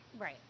right